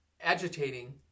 agitating